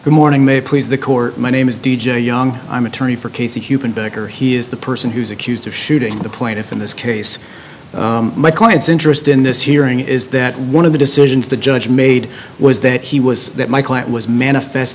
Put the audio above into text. good morning may please the court my name is d j young i'm attorney for casey human becker he is the person who's accused of shooting the plaintiff in this case my client's interest in this hearing is that one of the decisions the judge made was that he was that my client was manifest